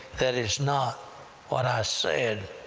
that is not what i said.